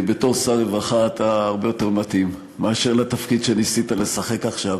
אתה הרבה יותר מתאים לתפקיד שר רווחה מאשר לתפקיד שניסית לשחק עכשיו.